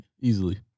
easily